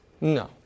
No